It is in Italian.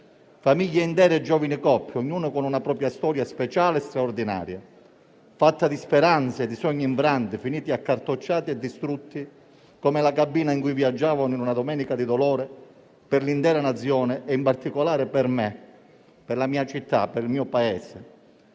famiglie intere e giovani coppie, ognuna con una propria storia speciale e straordinaria, fatta di speranze e di sogni infranti finiti accartocciati e distrutti, come la cabina in cui viaggiavano in una domenica di dolore per l'intera Nazione e in particolare per me, per la mia città, per mio paese.